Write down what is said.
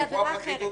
כי זו עבירה אחרת.